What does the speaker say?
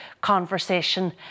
conversation